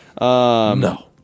No